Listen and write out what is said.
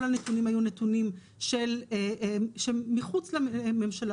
כל הנתונים היו נתונים מחוץ לממשלה,